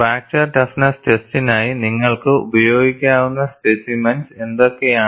fracture toughness ടെസ്റ്റിനായി നിങ്ങൾക്ക് ഉപയോഗിക്കാവുന്ന സ്പെസിമെൻസ് എന്തൊക്കെയാണ്